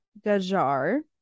gajar